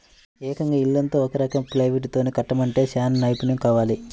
ఏకంగా ఇల్లంతా ఒక రకం ప్లైవుడ్ తో కట్టడమంటే చానా నైపున్నెం కావాలి